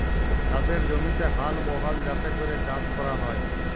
চাষের জমিতে হাল বহাল যাতে ক্যরে চাষ ক্যরা হ্যয়